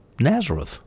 Nazareth